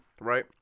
right